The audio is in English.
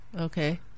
Okay